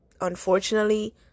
unfortunately